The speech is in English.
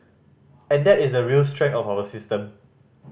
and that is a real strength of our system